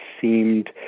seemed